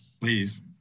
Please